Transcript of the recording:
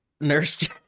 Nurse